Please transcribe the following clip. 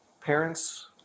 parents